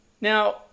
Now